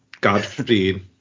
Godspeed